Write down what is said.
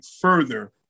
further